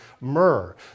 myrrh